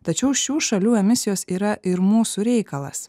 tačiau šių šalių emisijos yra ir mūsų reikalas